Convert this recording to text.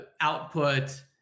output